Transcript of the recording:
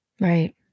Right